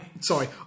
sorry